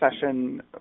session